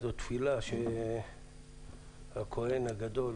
זאת תפילה שהכהן הגדול